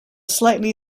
slightly